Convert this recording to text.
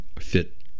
fit